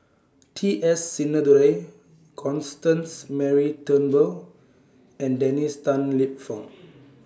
T S Sinnathuray Constance Mary Turnbull and Dennis Tan Lip Fong